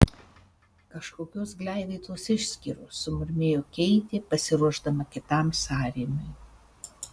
kažkokios gleivėtos išskyros sumurmėjo keitė pasiruošdama kitam sąrėmiui